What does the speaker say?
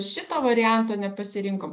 šito varianto nepasirinkom